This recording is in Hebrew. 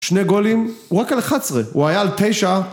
שני גולים, הוא רק על 11, הוא היה על 9